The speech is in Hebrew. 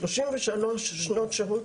33 שנות שירות